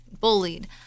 bullied